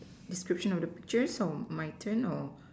description of picture or my turn or